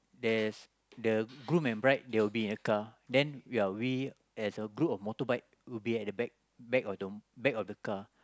there's the groom and bride they will be in the car they we are wheelie as a group of motorbike would be at the back back of back of the car